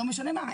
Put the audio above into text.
לא משנה מה,